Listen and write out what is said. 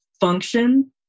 function